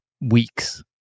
weeks